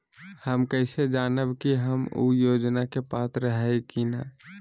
हम कैसे जानब की हम ऊ योजना के पात्र हई की न?